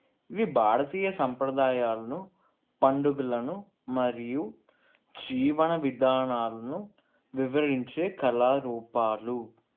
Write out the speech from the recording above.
ఇవి భారతీయ సంప్రదాయాలను పండుగలను మరియు జీవన విధానాలను వివరించే కళారూపాలు